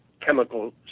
chemical